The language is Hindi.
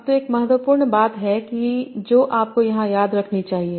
अब तो एक महत्वपूर्ण बात है जो आपको यहाँ याद रखनी चाहिए